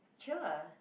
sure